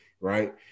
right